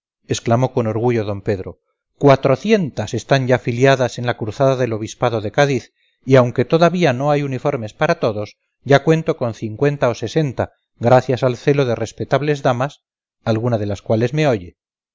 exclamó con orgullo d pedro cuatrocientas están ya filiadas en la cruzada del obispado de cádiz y aunque todavía no hay uniformes para todos ya cuento con cincuenta o sesenta gracias al celo de respetables damas alguna de las cuales me oye